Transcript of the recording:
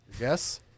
Yes